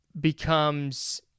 becomes